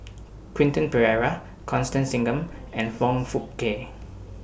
Quentin Pereira Constance Singam and Foong Fook Kay